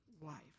wife